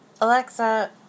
Alexa